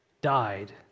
died